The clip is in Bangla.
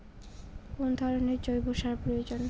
কোন ধরণের জৈব সার প্রয়োজন?